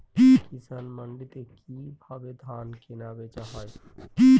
কৃষান মান্ডিতে কি ভাবে ধান কেনাবেচা হয়?